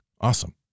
Awesome